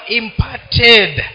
imparted